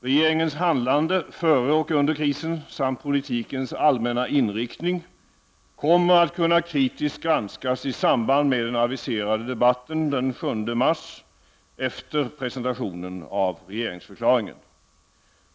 Regeringens handlande före och under krisen samt politikens allmänna inriktning kommer att kunna kritiskt granskas i samband med en till den 7 mars aviserad debatt, efter presentationen av regeringsförklaringen.